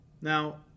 Now